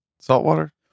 saltwater